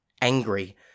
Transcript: angry